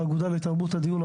לאגודה לתרבות הדיור,